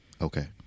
Okay